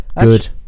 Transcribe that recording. Good